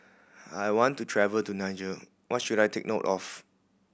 I want to travel to Niger what should I take note of